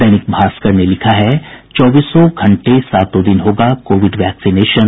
दैनिक भास्कर ने लिखा है चौबीसों घंटे सातों दिन होगा कोविड वैक्सीनेशन